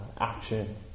action